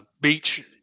Beach